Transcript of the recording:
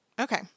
Okay